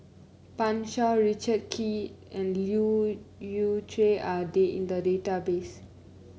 Pan Shou Richard Kee and Leu Yew Chye are they in the database